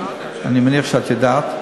אני מניח שאת יודעת,